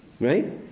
right